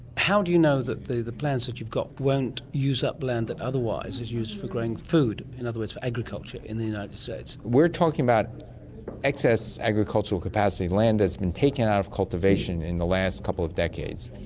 how do you know that the the plans that you've got won't use up land that otherwise is used for growing food, in other words for agriculture in the united states? we're talking about excess agricultural capacity land that's been taken out of cultivation in the last couple of decades.